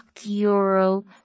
euro